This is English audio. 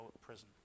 prison